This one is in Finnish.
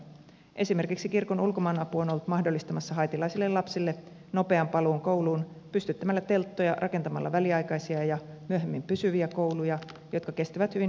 esimerkiksi kirkon ulkomaanapu on ollut mahdollistamassa haitilaisille lapsille nopean paluun kouluun pystyttämällä telttoja rakentamalla väliaikaisia ja myöhemmin pysyviä kouluja jotka kestävät hyvin maanjäristyksiä ja hurrikaaneja